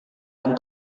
dan